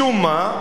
משום מה,